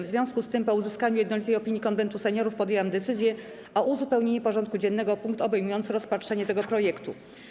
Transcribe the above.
W związku z tym, po uzyskaniu jednolitej opinii Konwentu Seniorów, podjęłam decyzję o uzupełnieniu porządku dziennego o punkt obejmujący rozpatrzenie tego projektu.